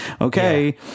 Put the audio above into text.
Okay